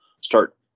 start